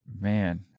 Man